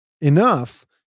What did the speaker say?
enough